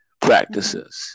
practices